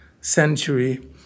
century